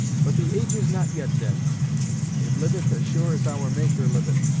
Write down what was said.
but the age is not yet dead it liveth as sure as our maker liveth.